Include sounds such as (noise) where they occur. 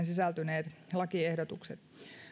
(unintelligible) sisältyneet lakiehdotukset